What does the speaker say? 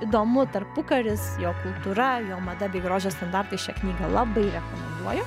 įdomu tarpukaris jo kultūra jo mada bei grožio standartai šią knygą labai rekomenduoju